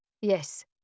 Yes